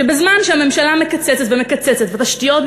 שבזמן שהממשלה מקצצת ומקצצת בתשתיות,